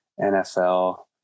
NFL